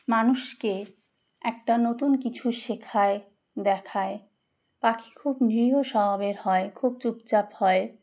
মানুষকে একটা নতুন কিছু শেখায় দেখায় পাখি খুব নিরীহ স্বভাবের হয় খুব চুপচাপ হয়